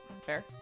fair